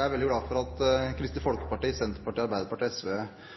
er veldig glad for at Kristelig Folkeparti, Senterpartiet, Arbeiderpartiet og SV har funnet sammen i den budsjettinnstillingen som vi nå behandler. Noe av det